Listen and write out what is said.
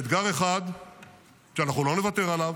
אתגר אחד שאנחנו לא נוותר עליו,